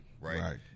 Right